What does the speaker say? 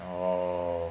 oh